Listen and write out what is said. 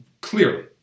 Clearly